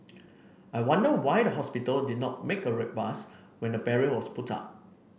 I wonder why the hospital did not make a ruckus when the barrier was put up